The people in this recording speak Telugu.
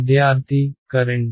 విద్యార్థి కరెంట్